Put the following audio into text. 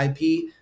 IP